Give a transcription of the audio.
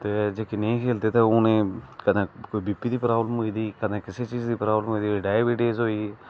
ते जेहके नेईं खेलदे ते उनेंगी कदें कोई बी पी दी प्राब्लम होई दी कदें किसे चीज दी प्राब्लम होई दी कदें डाइबिटिज होई गेई